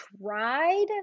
tried